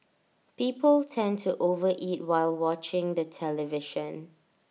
people tend to over eat while watching the television